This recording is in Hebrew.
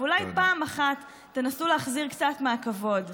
ואולי פעם אחת תנסו להחזיר קצת מהכבוד לכנסת הזאת.